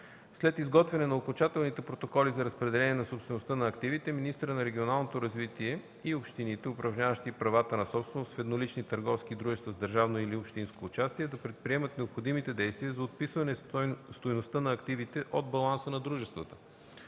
след изготвяне на окончателните протоколи за разпределение на собствеността на активите, министърът на регионалното развитие и общините, упражняващи правата на собственост в еднолични търговски дружества с държавно или общинско участие, да предприемат необходимите действия за отписване стойността на активите от баланса на дружествата.